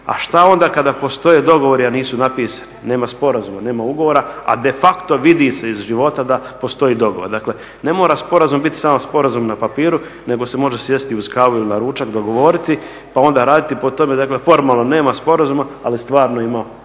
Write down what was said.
A šta onda kada postoje dogovori a nisu napisani, nema sporazuma, nema ugovora, a de facto vidi se iz života da postoji dogovor. Dakle, ne mora sporazum biti samo sporazum na papiru, nego se može sjesti uz kavu ili na ručak dogovoriti, pa onda raditi po tome. Dakle, formalno nema sporazuma ali stvarno ima